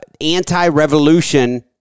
anti-revolution